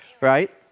right